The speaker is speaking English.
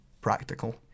practical